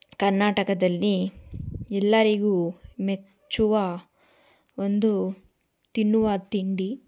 ಕರ್ನಾಟಕದಲ್ಲಿ ಎಲ್ಲರಿಗೂ ಮೆಚ್ಚುವ ಒಂದು ತಿನ್ನುವ ತಿಂಡಿ